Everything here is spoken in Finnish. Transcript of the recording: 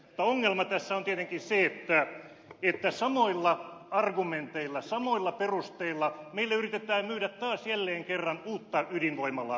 ongelma tässä on tietenkin se että samoilla argumenteilla samoilla perusteilla meille yritetään myydä taas jälleen kerran uutta ydinvoimalaa